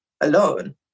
alone